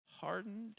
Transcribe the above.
hardened